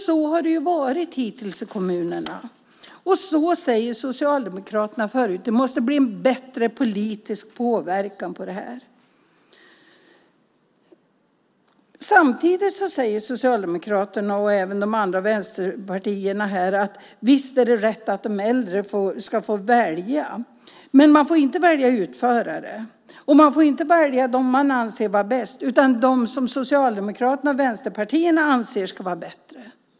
Så har det hittills varit i kommunerna, och Socialdemokraterna säger också att det måste vara en bättre politisk påverkan på detta. Samtidigt säger Socialdemokraterna och även de andra vänsterpartierna att visst är det rätt att de äldre ska få välja, men de får inte välja utförare. De får heller inte välja den som de anser vara bäst utan den som Socialdemokraterna och vänsterpartierna anser vara bäst.